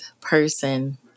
person